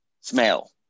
smell